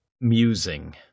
musing